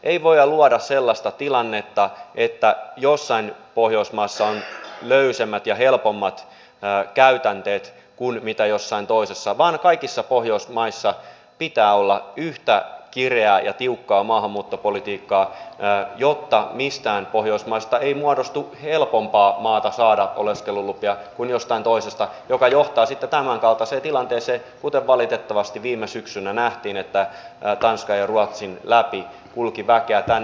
ei voida luoda sellaista tilannetta että jossain pohjoismaassa on löysemmät ja helpommat käytänteet kuin jossain toisessa vaan kaikissa pohjoismaissa pitää olla yhtä kireää ja tiukkaa maahanmuuttopolitiikkaa jotta mistään pohjoismaasta ei muodostu helpompaa maata saada oleskelulupia kuin jostain toisesta mikä johtaa sitten tämänkaltaiseen tilanteeseen kuin mikä valitettavasti viime syksynä nähtiin kun tanskan ja ruotsin läpi kulki väkeä tänne